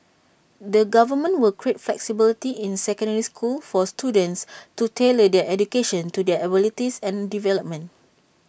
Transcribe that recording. the government will create flexibility in secondary schools for students to tailor their education to their abilities and development